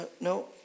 no